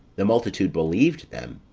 the multitude believed them,